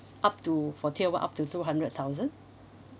up to for tier one up to two hundred thousand